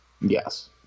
Yes